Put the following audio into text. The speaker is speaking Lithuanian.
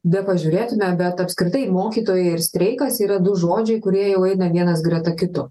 bepažiūrėtume bet apskritai mokytojai ir streikas yra du žodžiai kurie jau eina vienas greta kito